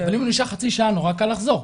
אבל אם הוא נשאר חצי שעה נורא קל לחזור.